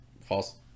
false